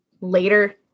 later